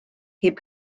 heb